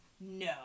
No